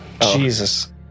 Jesus